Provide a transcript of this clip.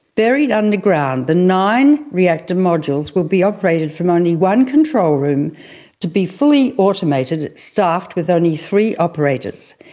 buried underground, the nine reactor modules will be operated from only one control room to be fully automated, staffed with only three operators.